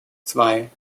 zwei